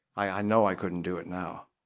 i know i couldn't do it now.